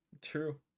True